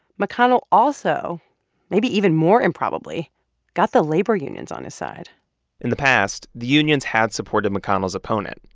mcconnell also maybe even more improbably got the labor unions on his side in the past, the unions had supported mcconnell's opponent,